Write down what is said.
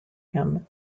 him